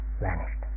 vanished